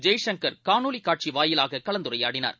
ஜெய்சங்கர் காணொலிக் காட்சிவாயிலாககலந்துரையாடினார்